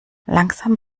langsam